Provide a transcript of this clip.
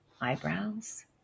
eyebrows